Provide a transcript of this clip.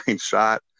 shot